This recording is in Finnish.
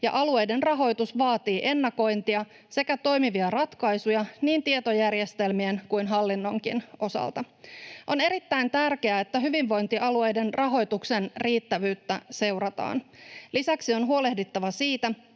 ja alueiden rahoitus vaatii ennakointia sekä toimivia ratkaisuja niin tietojärjestelmien kuin hallinnonkin osalta. On erittäin tärkeää, että hyvinvointialueiden rahoituksen riittävyyttä seurataan. Lisäksi on huolehdittava siitä,